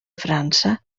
frança